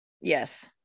Yes